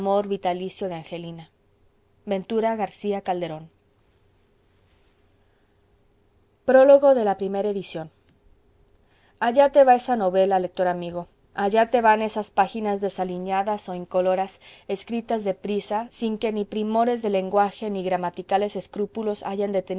vitalicio de angelina ventura garcía calderón prólogo de la primera edición allá te va esa novela lector amigo allá te van esas páginas desaliñadas o incoloras escritas de prisa sin que ni primores de lenguaje ni gramaticales escrúpulos hayan